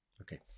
Okay